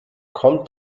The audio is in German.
kommt